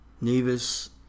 Nevis